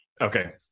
Okay